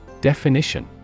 Definition